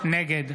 נגד